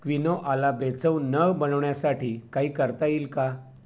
क्विनोआला बेचव न बनवण्यासाठी काही करता येईल का